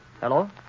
Hello